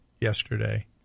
yesterday